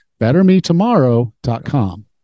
BetterMeTomorrow.com